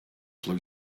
flew